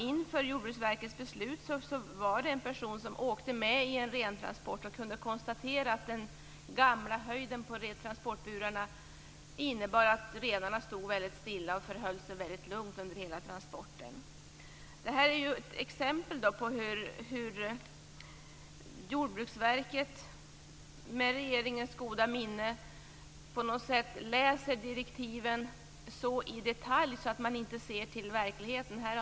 Inför Jordbruksverkets beslut kunde en person som åkte med vid en rentransport konstatera att den tidigare höjden på transportburarna gjorde att renarna stod väldigt stilla och förhöll sig lugna under hela transporten. Det här är exempel på hur Jordbruksverket, med regeringens goda minne, på något sätt läser direktiven så i detalj att man inte ser till verkligheten.